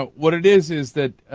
but what it is is that